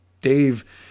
Dave